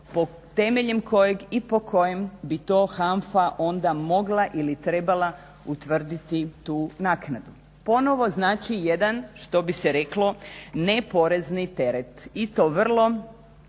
temeljem kojeg i po kojem bi to HANFA onda mogla ili trebala utvrditi tu naknadu. Ponovo znači jedan što bi se reklo neporezni teret i to vrlo